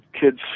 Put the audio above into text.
kids